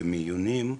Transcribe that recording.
במיונים,